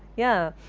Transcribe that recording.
yeah,